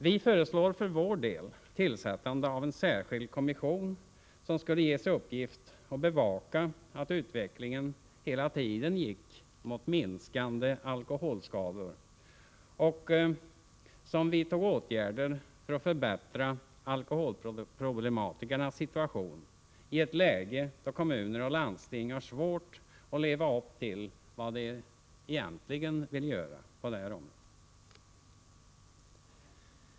Vi föreslår för vår del tillsättande av en särskild kommission som skulle ges i uppgift att bevaka att utvecklingen hela tiden går mot minskade alkoholskador och som skulle vidta åtgärder för att förbättra alkoholproblematikernas situation i ett läge då kommuner och landsting har svårt att leva upp till vad de egentligen vill göra på detta område.